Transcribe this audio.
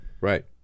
Right